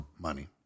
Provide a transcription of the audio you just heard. money